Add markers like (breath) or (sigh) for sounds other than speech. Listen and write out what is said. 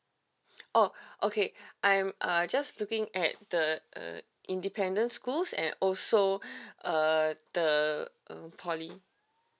oh okay I'm uh I just looking at the uh independent schools and also (breath) uh the poly